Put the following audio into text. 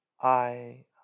I